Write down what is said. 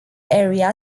area